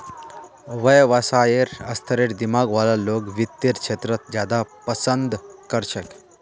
व्यवसायेर स्तरेर दिमाग वाला लोग वित्तेर क्षेत्रत ज्यादा पसन्द कर छेक